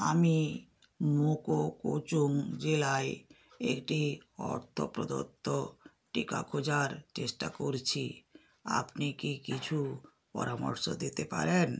আমি মোকোকোচুং জেলায় একটি অর্থ প্রদত্ত টিকা খোঁজার চেষ্টা করছি আপনি কি কিছু পরামর্শ দিতে পারেন